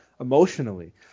emotionally